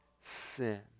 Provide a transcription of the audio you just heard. sin